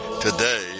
today